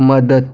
मदत